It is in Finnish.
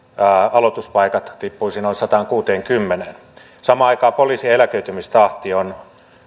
aloituspaikat tippuisivat noin sataankuuteenkymmeneen samaan aikaan poliisien eläköitymistahti on